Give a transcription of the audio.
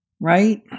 Right